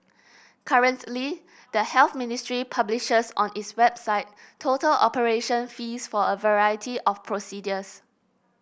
currently the Health Ministry publishes on its website total operation fees for a variety of procedures